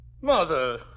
Mother